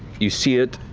you see it,